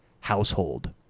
household